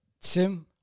Tim